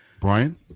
Brian